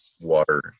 water